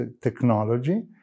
technology